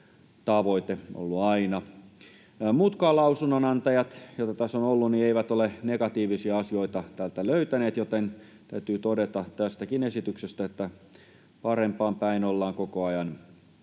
tavoite ollut aina. Muutkaan lausunnonantajat, joita tässä on ollut, eivät ole negatiivisia asioita täältä löytäneet, joten täytyy todeta tästäkin esityksestä, että parempaan päin ollaan koko ajan menossa.